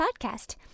podcast